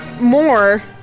more